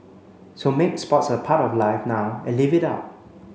so make sports a part of life now and live it up